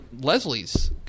Leslie's